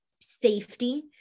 safety